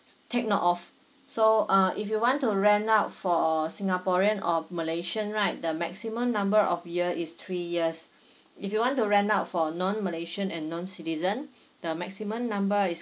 take note of so uh if you want to rent out for singaporean of malaysian right the maximum number of year is three years if you want to rent out for non malaysian and non citizen the maximum number is